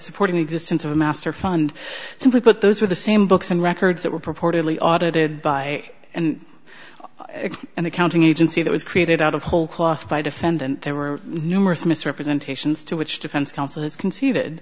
supporting the existence of a master fund simply put those were the same books and records that were proportionally audited by an accounting agency that was created out of whole cloth by defendant there were numerous misrepresentations to which defense counsel